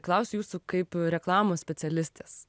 klausiu jūsų kaip reklamos specialistės